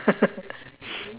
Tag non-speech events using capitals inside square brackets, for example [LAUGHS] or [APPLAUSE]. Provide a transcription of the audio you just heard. [LAUGHS]